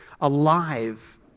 alive